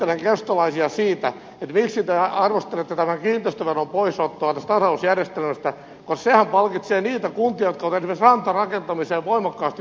mutta ihmettelen keskustalaisia siitä miksi te arvostelette tämän kiinteistöveron poisottoa tästä tasausjärjestelmästä kun sehän palkitsee niitä kuntia jotka ovat esimerkiksi rantarakentamiseen voimakkaasti panostaneet mökkirakentamiseen ranta asumiseen